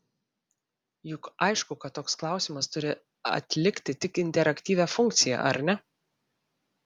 juk aišku kad toks klausimas turi atlikti tik interaktyvią funkciją ar ne